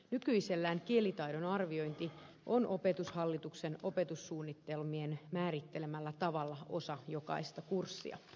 nykyisellään kielitaidon arviointi on opetushallituksen opetussuunnitelmien määrittelemällä tavalla osa jokaista kurssia